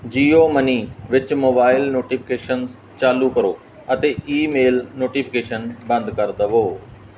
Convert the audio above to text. JIO money ਵਿੱਚ mobile notifications ਚਾਲੂ ਕਰੋ ਅਤੇ ਈਮੇਲ ਨੋਟੀਫਿਕੇਸ਼ਨ ਬੰਦ ਕਰ ਦਵੋ